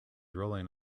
rolling